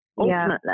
Ultimately